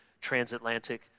transatlantic